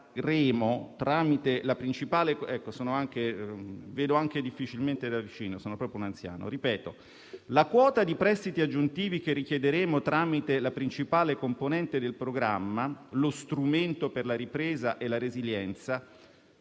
«La quota di prestiti aggiuntivi che richiederemo tramite la principale componente del programma, lo strumento per la ripresa e la resilienza,